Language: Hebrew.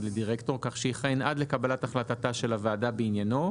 לדירקטור כך שיכהן עד לקבלת החלטתה של הוועדה בעניינו,